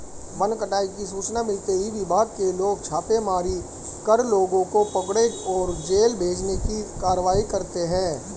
one कटाई की सूचना मिलते ही विभाग के लोग छापेमारी कर लोगों को पकड़े और जेल भेजने की कारवाई करते है